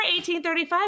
1835